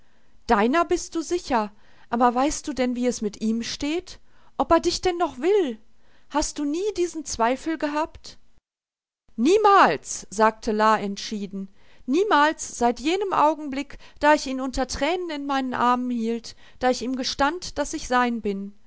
deiner bist du sicher aber weißt du denn wie es mit ihm steht ob er dich denn noch will hast du nie diesen zweifel gehabt niemals sagte la entschieden niemals seit jenem augenblick da ich ihn unter tränen in meinen armen hielt da ich ihm gestand daß ich sein bin